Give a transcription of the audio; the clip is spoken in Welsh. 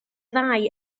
ddau